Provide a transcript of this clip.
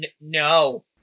no